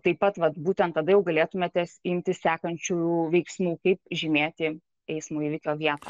taip pat vat būtent tada jau galėtumėte imtis sekančių veiksmų kaip žymėti eismo įvykio vietą